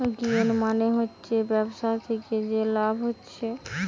gain মানে হচ্ছে ব্যবসা থিকে যে লাভ হচ্ছে